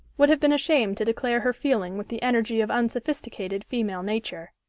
would have been ashamed to declare her feeling with the energy of unsophisticated female nature.